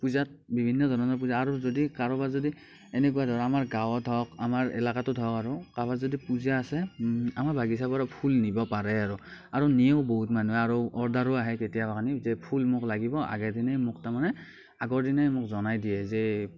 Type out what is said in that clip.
পূজাত বিভিন্ন ধৰণৰ পূজা আৰু যদি কাৰোবাৰ যদি এনেকুৱা ধৰক আমাৰ গাঁওত হওক আমাৰ এলেকাটোত হওক আৰু কাৰোবাৰ যদি পূজা আছে আমাৰ বাগিচা পৰা ফুল নিব পাৰে আৰু আৰু নিয়েও বহুত মানুহে আৰু অৰ্ডাৰো আহে কেতিয়াবা যে ফুল মোক লাগিব আগে দিনাই মোক তাৰ মানে আগৰ দিনাই মোক জনাই দিয়ে যে